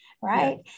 right